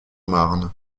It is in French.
marne